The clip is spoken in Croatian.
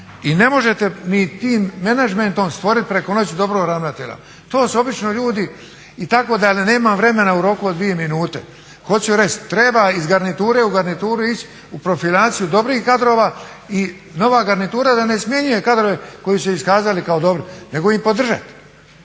I ne možete ni tim menadžmentom stvoriti preko noći dobrog ravnatelja, to su obični ljudi itd. ali nemam vremena u roku od dvije minute. Hoću reći, treba iz garniture u garnituru ići u profilaciju dobrih kadrova i nova garnitura da ne smjenjuje kadrove koji su se iskazali kao dobri nego ih podržati